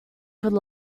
could